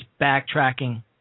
backtracking